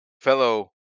fellow